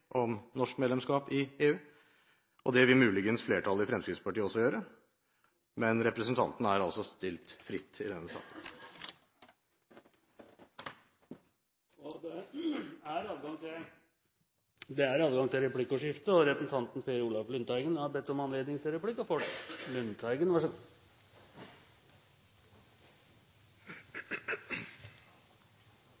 om, og det er ikke om norsk medlemskap i EU. Det vil muligens flertallet i Fremskrittspartiet også gjøre, men representantene er altså stilt fritt i denne saken. Det blir replikkordskifte. Først en liten kommentar: Det var sterkt av representanten